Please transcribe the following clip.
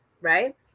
right